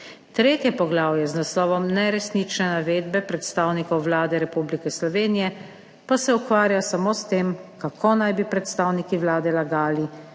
Tretje poglavje z naslovom Neresnične navedbe predstavnikov Vlade Republike Slovenije pa se ukvarja samo s tem, kako naj bi predstavniki Vlade lagali